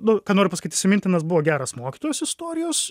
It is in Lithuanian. nu ką noriu pasakyt įsimintinas buvo geras mokytojas istorijos